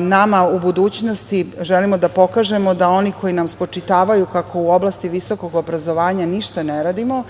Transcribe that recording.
nama u budućnosti jeste da želimo da pokažemo da oni koji nam spočitavaju kako u oblasti visokog obrazovanja ništa ne radimo,